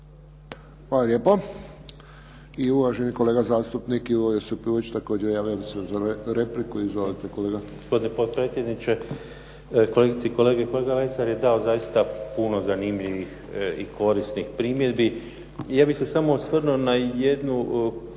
Hvala lijepo. I uvaženi kolega zastupnik Ivo Josipović također javio se za repliku. Izvolite, kolega. **Josipović, Ivo (SDP)** Gospodine potpredsjednice, kolegice i kolege. Kolega Lesar je dao zaista puno zanimljivih i korisnih primjedbi. Ja bih se samo osvrnuo na jednu